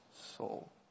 soul